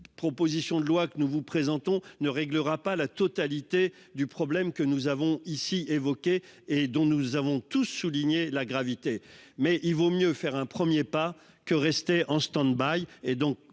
proposition de loi que nous vous présentons ne réglera pas la totalité du problème que nous avons ici, évoquées et dont nous avons tous souligné la gravité mais il vaut mieux faire un 1er pas que rester en stand-by. Et donc